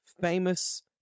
famous